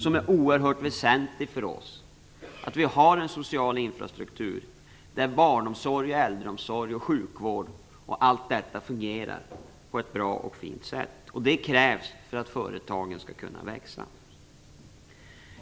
Det är oerhört väsentligt för oss att vi har en social infrastruktur där barnomsorg, äldreomsorg och sjukvård fungerar på ett bra och fint sätt. Det krävs för att företagen skall kunna växa.